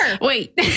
Wait